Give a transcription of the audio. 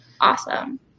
awesome